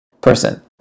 person